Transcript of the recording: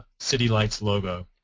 city lights logo.